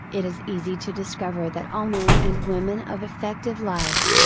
it is easy to discover that all men and women of effective lives,